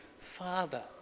Father